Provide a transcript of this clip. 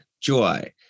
Joy